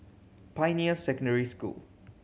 Pioneer Secondary School